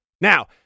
Now